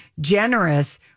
generous